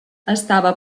estava